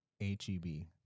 H-E-B